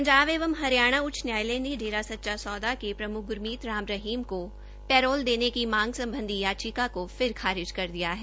पंजाब एवं हरियाणा उच्च न्यायालय ने डेरा सच्चा सौदा के प्रमुख ग्रमीत राम रहीम को पैरोल देने की मांग संबंधी याचिका को फिर खारिज कर दिया है